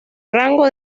rango